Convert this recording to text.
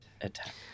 attack